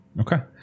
Okay